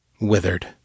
Withered